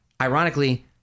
ironically